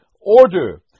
order